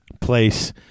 place